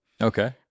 Okay